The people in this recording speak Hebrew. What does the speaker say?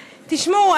תשמעו,